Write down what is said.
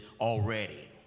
already